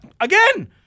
Again